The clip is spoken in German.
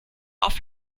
auf